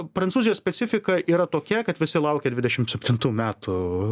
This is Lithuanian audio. prancūzijos specifika yra tokia kad visi laukia dvidešimt septintų metų